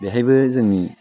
बेहायबो जोंनि